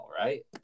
right